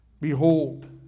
Behold